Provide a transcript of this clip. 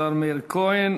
השר מאיר כהן.